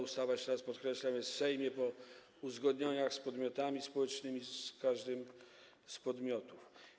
Ustawa, jeszcze raz podkreślam, jest w Sejmie, po uzgodnieniach z podmiotami społecznymi, z każdym z podmiotów.